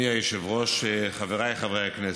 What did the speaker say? היושב-ראש, חבריי חברי הכנסת,